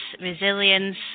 resilience